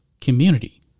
community